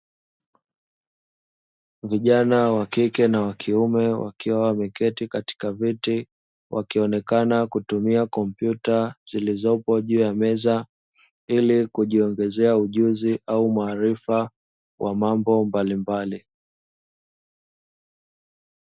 Vijana wa kike na wa kiume, wakiwa wameketi katika viti, wakionekana kutumia kompyuta zilizopo juu ya meza ili kujiongezea ujuzi au maarifa ya mambo mbalimbali.